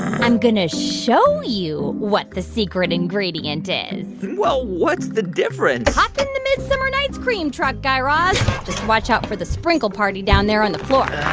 i'm going to show you what the secret ingredient is well, what's the difference? hop in the midsummer night's cream truck, guy raz. just watch out for the sprinkle party down there on the floor.